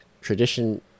tradition